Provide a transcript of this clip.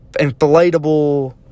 inflatable